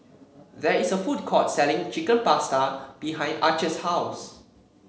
there is a food court selling Chicken Pasta behind Arch's house